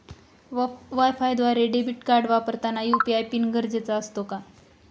वायफायद्वारे debit card वापरताना UPI pin गरजेचा असतो का?